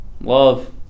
Love